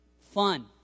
fun